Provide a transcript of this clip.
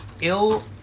ill